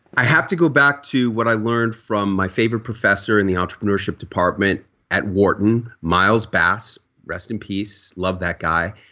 i have to go back to what i learned from my favorite professor in the entrepreneurship department at wharton, myles bass, rest in peace, love that guy.